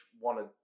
wanted